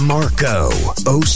Marco